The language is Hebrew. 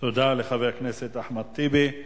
תודה לחבר הכנסת אחמד טיבי.